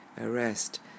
arrest